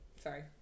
Sorry